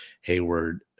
Hayward